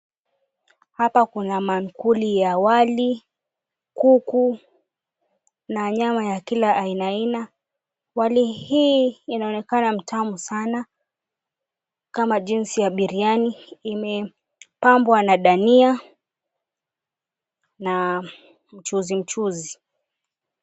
Hapa kuna maakuli ya wali, kuku na nyama ya kila ainaaina. Wali hii inaonekana mtamu sana kama jinsi ya birihani. Imepambwa na dania na mchuzimchuzi.